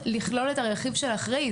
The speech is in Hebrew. לכלול את הרכיב של אחראי.